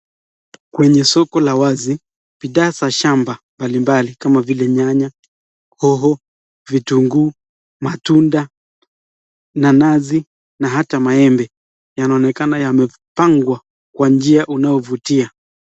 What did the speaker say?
Kwenye soko la wazi, bidhaa za shamba mbalimbali kama vile nyanya, hoho, vitunguu, matunda, nanasi na ata maembe yanaonekana yamepangwa kwa njia unaovutia.